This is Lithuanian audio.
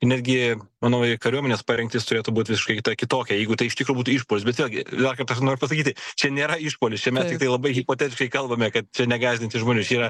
i netgi manau i kariuomenės parengtis turėtų būt viškai kitokia jeigu tai iš tikro būtų išpuolis bet vėlgi dar kartą aš noriu pasakyti čia nėra išpuolis čia mes tiktai labai hipotetiškai kalbame kad čia negąsdinti žmonių čia yra